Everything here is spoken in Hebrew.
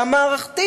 גם מערכתית.